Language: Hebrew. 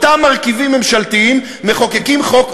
אותם מרכיבים ממשלתיים מחוקקים חוק,